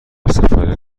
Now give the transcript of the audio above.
سفر